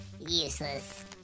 Useless